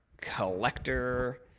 collector